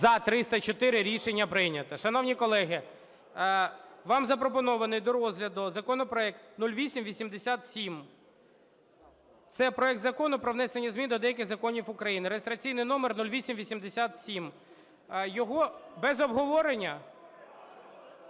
За-304 Рішення прийнято. Шановні колеги, вам запропонований до розгляду законопроект 0887. Це проект Закону про внесення змін до деяких законів України (реєстраційний номер 0887). Його… Без обговорення?